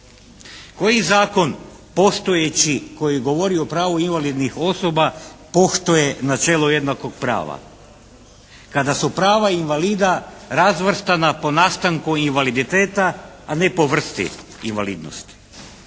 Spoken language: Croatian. Koji zakon postojeći koji govori o pravu invalidnih osoba poštuje načelo jednakog prava kada su prava invalida razvrstana po nastanku invaliditeta, a ne po vrsti invalidnosti.